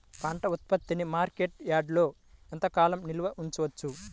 పంట ఉత్పత్తిని మార్కెట్ యార్డ్లలో ఎంతకాలం నిల్వ ఉంచవచ్చు?